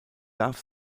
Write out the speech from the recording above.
darf